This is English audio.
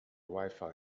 wifi